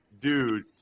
dude